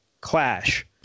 clash